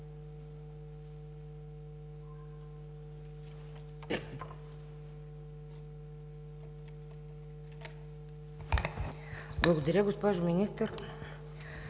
Благодаря, госпожо Министър.